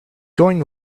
going